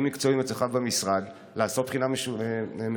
מקצועיים אצלך במשרד לעשות בחינה מחודשת.